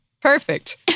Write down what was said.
Perfect